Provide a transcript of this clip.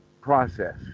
process